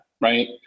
right